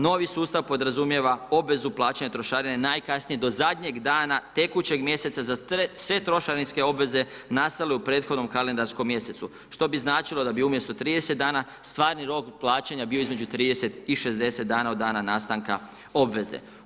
Novi sustav podrazumijeva obvezu plaćanja trošarine najkasnije do zadnjeg dana tekućeg mjeseca za sve trošarinske obveze nastale u prethodnom kalendarskom mjesecu, što bi značilo da bi umjesto 30 dana stvarni rok plaćanja bio između 30 i 60 dana od dana nastanka obveze.